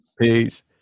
peace